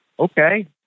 Okay